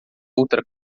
outra